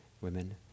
women